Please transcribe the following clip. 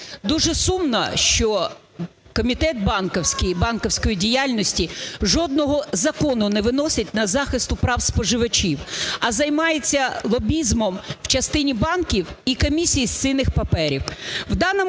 Дуже сумно, що комітет банківський, банківської діяльності жодного закону не виносить на захист прав споживачів, а займається лобізмом в частині банків і комісії з цінних паперів.